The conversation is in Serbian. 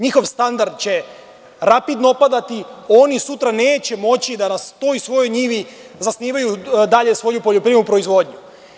Njihov standard će rapidno opadati, oni sutra neće moći da na toj svojoj njivi zasnivaju dalje svoju poljoprivrednu proizvodnju.